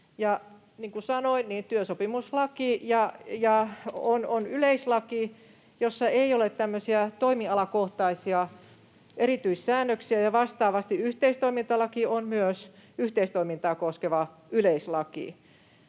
kuin sanoin, työsopimuslaki on yleislaki, jossa ei ole tämmöisiä toimialakohtaisia erityissäännöksiä, ja vastaavasti myös yhteistoimintalaki on yhteistoimintaa koskeva yleislaki.